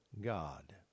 God